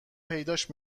پیداش